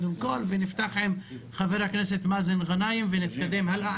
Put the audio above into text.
נפתח עם חבר הכנסת מאזן גנאים ונתקדם הלאה.